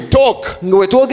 talk